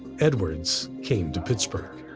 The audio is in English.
edwards came to pittsburgh.